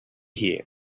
here